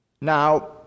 Now